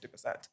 50%